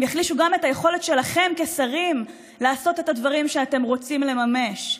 הם גם יחלישו את היכולת שלכם כשרים לעשות את הדברים שאתם רוצים לממש.